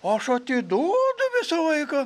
aš atiduodu visą laiką